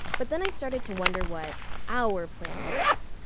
but then i started to wonder what our plan was.